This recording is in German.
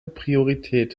priorität